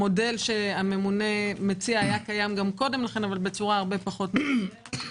המודל שהממונה מציע היה קיים גם קודם לכן אבל בצורה הרבה פחות מסודרת.